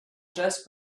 just